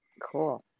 Cool